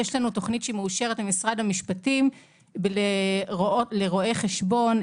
יש לנו תוכנית שהיא מאושרת ממשרד המשפטים לרואי חשבון,